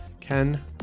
Ken